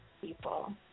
people